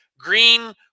green